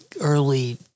early